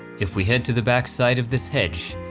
if we head to the back side of this hedge,